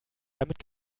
damit